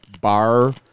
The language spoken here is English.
bar